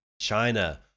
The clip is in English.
China